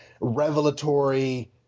revelatory